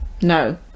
no